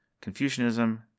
Confucianism